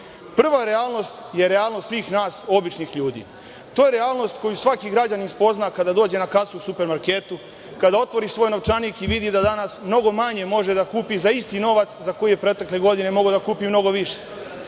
Prva realnost je realnost svih nas običnih ljudi. To je realnost koju svaki građanin spozna kada dođe na kasu u supermarketu, kada otvori svoj novčanik i vidi da danas mnogo manje može da kupi za isti novac za koji je protekle godine mogao da kupi mnogo više.